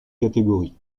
catégorie